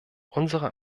unserer